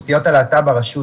ולכולם.